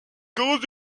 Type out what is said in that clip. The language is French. grands